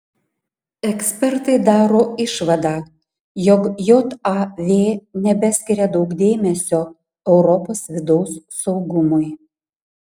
ekspertai daro išvadą jog jav nebeskiria daug dėmesio europos vidaus saugumui